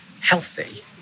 healthy